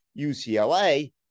UCLA